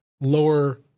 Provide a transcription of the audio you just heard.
lower